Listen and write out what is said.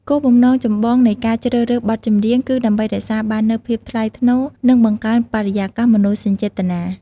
គោលបំណងចម្បងនៃការជ្រើសរើសបទចម្រៀងគឺដើម្បីរក្សាបាននូវភាពថ្លៃថ្នូរ និងបង្កើនបរិយាកាសមនោសញ្ចេតនា។